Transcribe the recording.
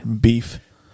Beef